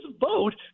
vote